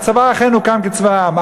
הצבא אכן הוקם כצבא העם,